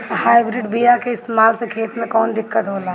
Hybrid बीया के इस्तेमाल से खेत में कौन दिकत होलाऽ?